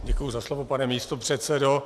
Děkuji za slovo, pane místopředsedo.